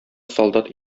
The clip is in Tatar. солдат